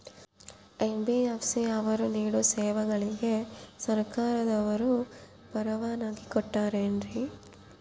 NBFC ಅವರು ನೇಡೋ ಸೇವೆಗಳಿಗೆ ಸರ್ಕಾರದವರು ಪರವಾನಗಿ ಕೊಟ್ಟಾರೇನ್ರಿ?